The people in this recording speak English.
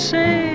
say